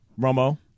Romo